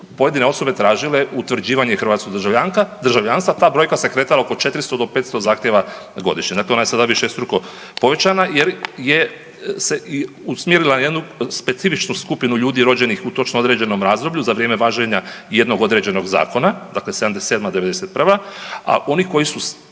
pojedine osobe tražile utvrđivanje hrvatskog državljanstva, ta brojka se kretala oko 400 do 500 zahtjeva godišnje, dakle ona je sada višestruko povećana jer se i usmjerila na jednu specifičnu skupinu ljudi rođenih u točno određenom razdoblju za vrijeme važenja jednog određenog zakona, dakle 77.-91., a oni koji su